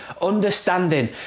understanding